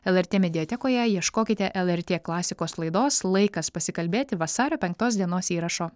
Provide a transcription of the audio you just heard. lrt mediatekoje ieškokite lrt klasikos laidos laikas pasikalbėti vasario penktos dienos įrašo